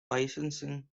licensing